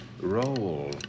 Roll